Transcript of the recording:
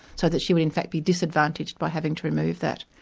so that she would in fact be disadvantaged by having to remove that.